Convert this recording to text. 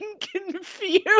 confused